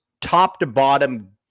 top-to-bottom